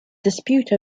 dispute